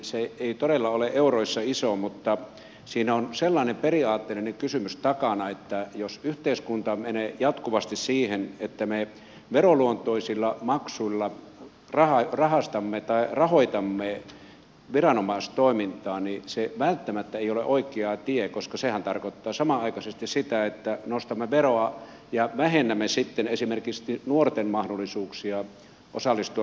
se ei todella ole euroissa iso summa mutta siinä on sellainen periaatteellinen kysymys takana että jos yhteiskunta menee jatkuvasti siihen että me veronluontoisilla maksuilla rahoitamme viranomaistoimintaa niin se ei välttämättä ole oikea tie koska sehän tarkoittaa samanaikaisesti sitä että nostamme veroa ja vähennämme sitten esimerkiksi nuorten mahdollisuuksia osallistua metsästysharrastukseen